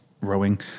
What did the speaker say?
rowing